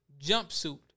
jumpsuit